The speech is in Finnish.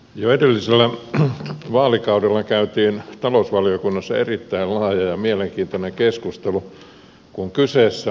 jo edellisellä vaalikaudella käytiin talousvaliokunnassa erittäin laaja ja mielenkiintoinen keskustelu